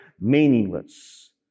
meaningless